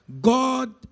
god